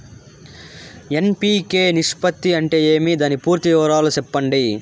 NPK నిష్పత్తి అంటే ఏమి దాని పూర్తి వివరాలు సెప్పండి?